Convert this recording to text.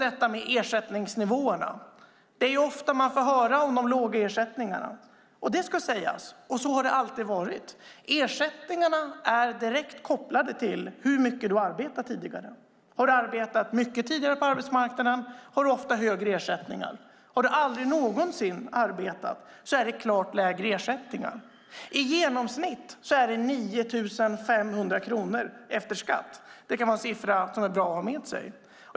Det talas ofta om de låga ersättningarna. Det har alltid varit så att ersättningarna är direkt kopplade till hur mycket man har arbetat tidigare. Den som har arbetat mycket på arbetsmarknaden tidigare har ofta högre ersättning. Den som aldrig någonsin har arbetat har klart lägre ersättning. I genomsnitt är det 9 500 kronor efter skatt; det är en siffra som kan vara bra att ha med sig.